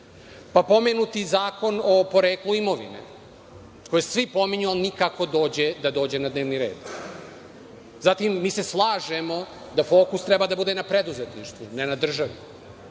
Pa, pomenuti Zakon o poreklu imovine, koji svi pominju, ali nikako da dođe na dnevni red. Zatim, mi se slažemo da fokus treba da bude na preduzetništvu, ne na državi.